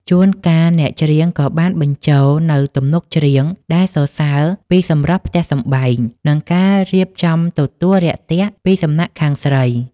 ជួនកាល អ្នកច្រៀងក៏បានបញ្ចូលនូវទំនុកច្រៀងដែលសរសើរពីសម្រស់ផ្ទះសម្បែង និងការរៀបចំទទួលរាក់ទាក់ពីសំណាក់ខាងស្រី